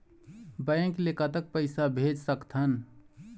Bank ले कतक पैसा भेज सकथन?